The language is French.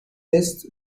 tests